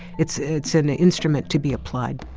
it's it's an instrument to be applied.